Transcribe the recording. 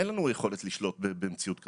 אין לנו יכולת לשלוט במציאות כזאת.